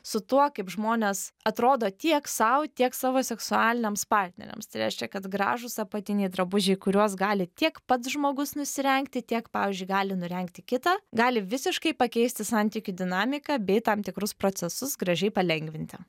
su tuo kaip žmonės atrodo tiek sau tiek savo seksualiniams partneriams tai reiškia kad gražūs apatiniai drabužiai kuriuos gali tiek pats žmogus nusirengti tiek pavyzdžiui gali nurengti kitą gali visiškai pakeisti santykių dinamiką bei tam tikrus procesus gražiai palengvinti